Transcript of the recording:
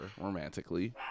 romantically